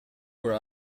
were